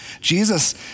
Jesus